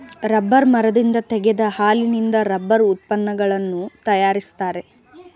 rubber ಮರದಿಂದ ತೆಗೆದ ಹಾಲಿನಿಂದ ರಬ್ಬರ್ ಉತ್ಪನ್ನಗಳನ್ನು ತರಯಾರಿಸ್ತರೆ